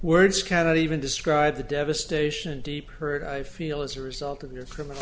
words can't even describe the devastation deep hurt i feel as a result of your criminal